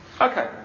Okay